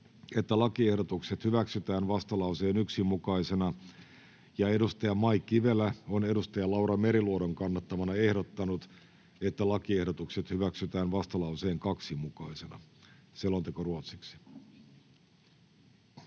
että lakiehdotukset hyväksytään vastalauseen 1 mukaisena, ja Mai Kivelä on Laura Meriluodon kannattamana ehdottanut, että lakiehdotukset hyväksytään vastalauseen 2 mukaisena. [Speech 7]